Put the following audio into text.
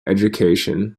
education